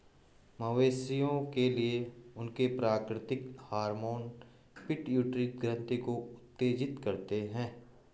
मवेशियों के लिए, उनके प्राकृतिक हार्मोन पिट्यूटरी ग्रंथि को उत्तेजित करते हैं